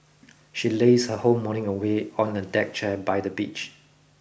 she lazed her whole morning away on a deck chair by the beach